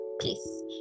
peace